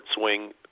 Swing